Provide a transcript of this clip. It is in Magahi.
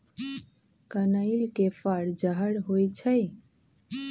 कनइल के फर जहर होइ छइ